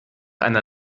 einer